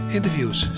Interviews